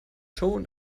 schon